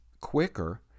quicker